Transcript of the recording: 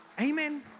Amen